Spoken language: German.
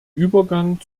übergang